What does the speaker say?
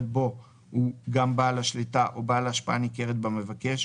בו הוא גם בעל השליטה או בעל ההשפעה הניכרת במבקש,